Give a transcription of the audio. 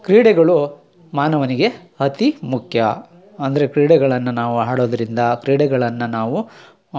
ಕ್ರೀಡೆಗಳು ಮಾನವನಿಗೆ ಅತೀ ಮುಖ್ಯ ಅಂದರೆ ಕ್ರೀಡೆಗಳನ್ನು ನಾವು ಆಡೋದ್ರಿಂದ ಕ್ರೀಡೆಗಳನ್ನು ನಾವು